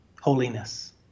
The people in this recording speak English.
holiness